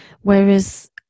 Whereas